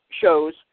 shows